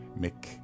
Mick